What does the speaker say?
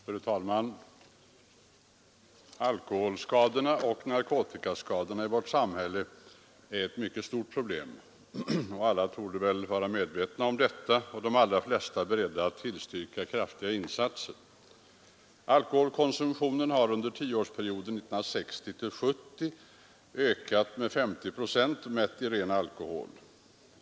Fru talman! Alkoholskadorna och narkotikaskadorna i vårt samhälle är ett mycket stort problem. Alla torde vara medvetna om detta, och de allra flesta är beredda att tillstyrka kraftiga insatser. Alkoholkonsumtionen har under tioårsperioden 1960—1970 ökat med 50 procent mätt i ren alkohol.